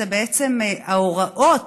אלה בעצם ההוראות